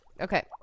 okay